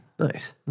Nice